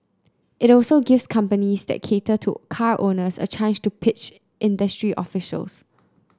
it also gives companies that cater to car owners a chance to pitch industry officials